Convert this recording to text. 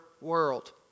world